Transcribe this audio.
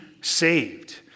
saved